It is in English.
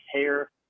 hair